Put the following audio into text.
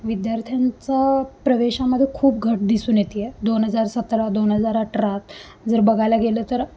विद्यार्थ्यांचं प्रवेशामध्ये खूप घट दिसून येते आहे दोन हजार सतरा दोन हजार अठरा जर बघायला गेलं तर